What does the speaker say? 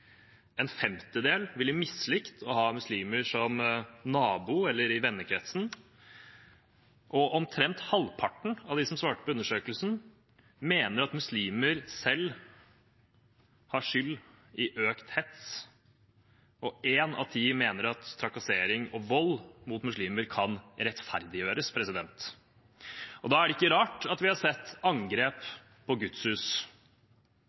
en femtedel ville mislikt å ha muslimer som nabo eller i vennekretsen, omtrent halvparten av dem som svarte på undersøkelsen, mener at muslimer selv har skyld i økt hets, og én av ti mener at trakassering og vold mot muslimer kan rettferdiggjøres. Da er det ikke rart av vi har sett